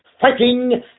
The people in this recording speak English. fighting